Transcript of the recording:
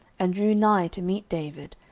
and drew nigh to meet david,